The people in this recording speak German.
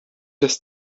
das